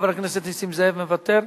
חבר הכנסת נסים זאב מוותר?